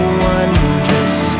wondrous